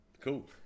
Cool